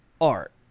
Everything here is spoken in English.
Art